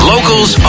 Locals